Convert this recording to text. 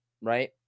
right